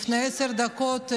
לפני עשר דקות,